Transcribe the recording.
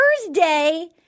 Thursday